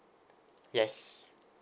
yes